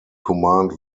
command